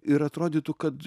ir atrodytų kad